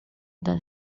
that